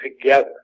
together